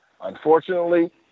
Unfortunately